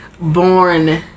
born